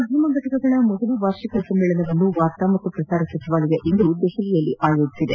ಮಾಧ್ಯಮ ಘಟಕಗಳ ಮೊದಲ ವಾರ್ಷಿಕ ಸಮ್ಮೇಳನವನ್ನು ವಾರ್ತಾ ಮತ್ತು ಪ್ರಸಾರ ಸಚಿವಾಲಯ ಇಂದು ದೆಹಲಿಯಲ್ಲಿ ಆಯೋಜಿಸಿದೆ